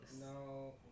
No